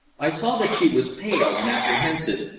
i saw that she was pale and apprehensive,